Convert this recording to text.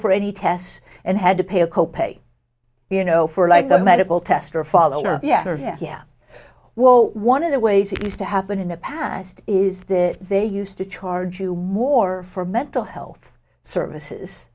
for any tests and had to pay a co pay you know for like a medical test or a follower yeah yeah yeah well one of the ways it used to happen in the past is that they used to charge you more for mental health services